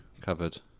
covered